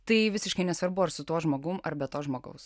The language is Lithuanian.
tai visiškai nesvarbu ar su tuo žmogum ar be to žmogaus